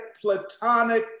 Platonic